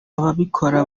ababikora